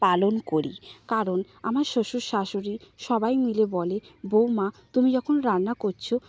পালন করি কারণ আমার শ্বশুর শাশুড়ি সবাই মিলে বলে বৌমা তুমি যখন রান্না করছো